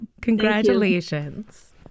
congratulations